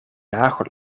nagel